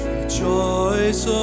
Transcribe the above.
rejoice